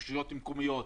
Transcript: רשויות מקומיות,